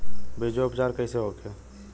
बीजो उपचार कईसे होखे?